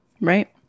Right